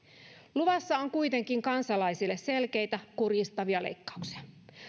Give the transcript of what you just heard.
luvassa on kuitenkin kansalaisille selkeitä kurjistavia leikkauksia